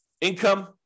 Income